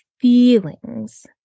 feelings